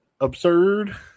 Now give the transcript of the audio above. absurd